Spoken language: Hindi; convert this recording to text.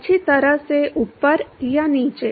अच्छी तरह से ऊपर या नीचे